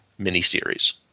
miniseries